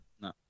No